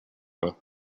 her